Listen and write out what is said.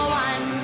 one